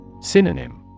Synonym